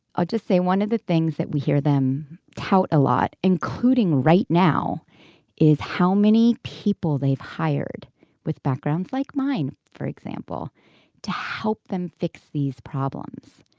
i'll just say one of the things that we hear them tout a lot including right now is how many people they've hired with backgrounds like mine for example to help them fix these problems.